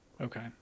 okay